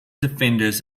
defenders